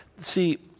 See